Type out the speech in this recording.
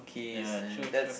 ah true true